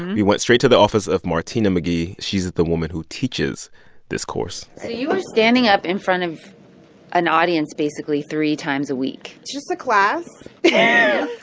we went straight to the office of martina mcghee. she's the woman who teaches this course so you are standing up in front of an audience, basically, three times a week it's just a class yeah,